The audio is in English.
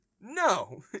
No